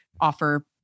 offer